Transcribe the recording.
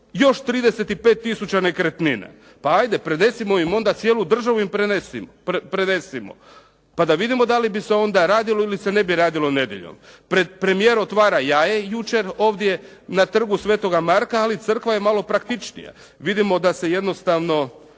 još 35 tisuća nekretnina. Pa ajde, prenesimo im onda cijelu državu pa da vidimo da li bi se onda radilo ili se ne bi radilo nedjeljom. Premijer otvara jaje jučer ovdje na Trgu Svetoga Marka ali Crkva je malo praktičnija. Vidimo da se itekako